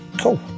Cool